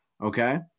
Okay